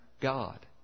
God